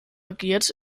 agiert